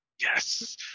Yes